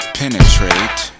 penetrate